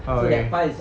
okay